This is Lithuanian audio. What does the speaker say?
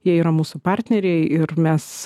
jie yra mūsų partneriai ir mes